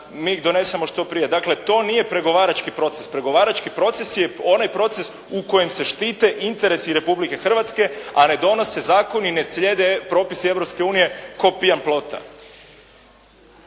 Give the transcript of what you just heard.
mi donesemo što prije. Dakle, to nije pregovarački proces, pregovarački proces je onaj proces u kojem se štite interesi Republike Hrvatske, a ne donose zakoni i ne slijede propisi Europske unije,